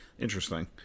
interesting